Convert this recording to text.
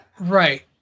Right